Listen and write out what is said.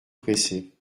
presser